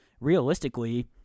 realistically